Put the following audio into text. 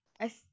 I-